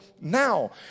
now